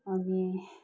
अनि